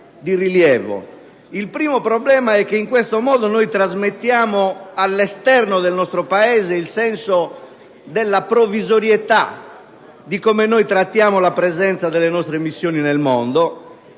il primo è che, in tal modo, trasmettiamo all'esterno del nostro Paese il senso della provvisorietà su come trattiamo la presenza delle nostre missioni nel mondo;